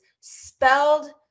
spelled